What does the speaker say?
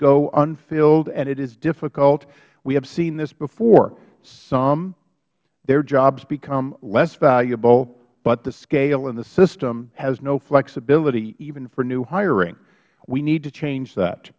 go unfilled and it is difficult we have seen this before some their jobs become less valuable but the scale of the system has no flexibility even for new hiring we need to change that